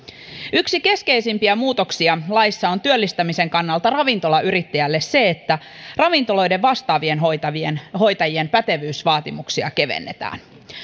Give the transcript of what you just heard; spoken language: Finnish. yksi keskeisimpiä muutoksia laissa on työllistämisen kannalta ravintolayrittäjälle se että ravintoloiden vastaavien hoitajien hoitajien pätevyysvaatimuksia kevennetään